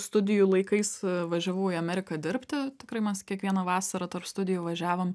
studijų laikais važiavau į ameriką dirbti tikrai mes kiekvieną vasarą tarp studijų važiavom